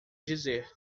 dizer